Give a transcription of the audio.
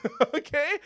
Okay